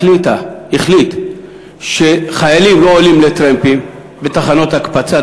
החליט שחיילים לא עולים לטרמפים בתחנות הקפצה,